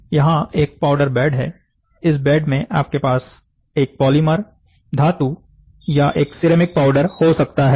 तो यहाँ एक पाउडर बेड है इस बेड में आपके पास एक पॉलीमर धातु या एक सिरेमिक पाउडर हो सकता है